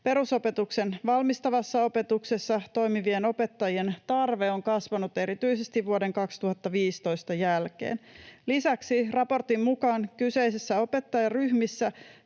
Perusopetuksen valmistavassa opetuksessa toimivien opettajien tarve on kasvanut erityisesti vuoden 2015 jälkeen. Lisäksi raportin mukaan kyseisissä opettajaryhmissä